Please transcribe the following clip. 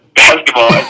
basketball